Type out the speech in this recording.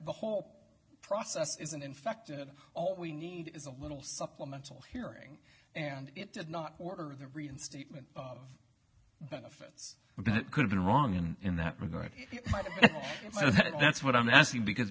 the whole process isn't infected all we need is a little supplemental hearing and it did not order the reinstatement of benefits but it could've been wrong and in that regard that's what i'm asking because